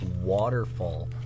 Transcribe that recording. waterfall